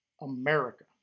America